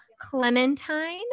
Clementine